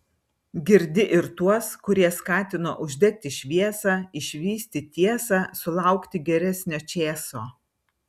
girdi ir tuos kurie skatino uždegti šviesą išvysti tiesą sulaukti geresnio čėso